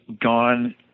gone